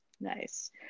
Nice